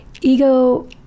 ego